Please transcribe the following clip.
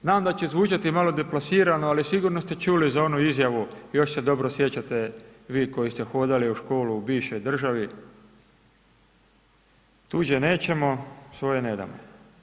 Znam da će zvučati malo deplasirano, ali sigurno ste čuli onu izjavu još se dobro sjećate vi koji ste hodali u školu u bivšoj državi, tuđe nećemo svoje nedamo.